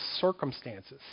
circumstances